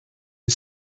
you